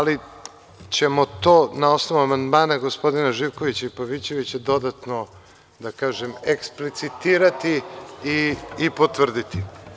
Ali ćemo to na osnovu amandmana, gospodina Živkovića i Pavićevića, dodatno, da kažem, eksplicitirati i potvrditi.